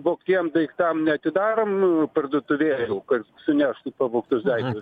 vogtiem daiktam neatidarom parduotuvėlių kad suneštų pavogtus daiktus